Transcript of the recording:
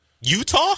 Utah